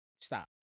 stop